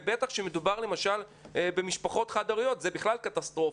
ובטח כאשר מדובר למשל במשפחות חד הוריות ואז זאת בכלל קטסטרופה.